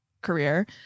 career